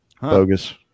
Bogus